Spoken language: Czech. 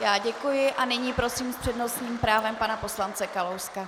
Já děkuji a nyní prosím s přednostním právem pana poslance Kalouska.